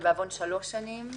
ובעוון שלוש שנים.